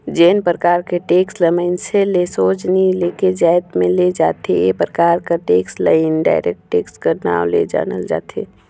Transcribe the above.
जेन परकार के टेक्स ल मइनसे ले सोझ नी लेके जाएत में ले जाथे ए परकार कर टेक्स ल इनडायरेक्ट टेक्स कर नांव ले जानल जाथे